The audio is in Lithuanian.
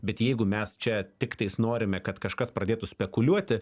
bet jeigu mes čia tiktais norime kad kažkas pradėtų spekuliuoti